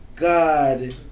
God